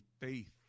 faith